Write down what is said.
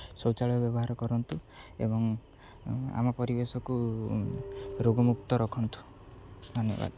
ଶୌଚାଳୟ ବ୍ୟବହାର କରନ୍ତୁ ଏବଂ ଆମ ପରିବେଶକୁ ରୋଗମୁକ୍ତ ରଖନ୍ତୁ ଧନ୍ୟବାଦ